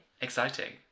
Exciting